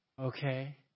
Okay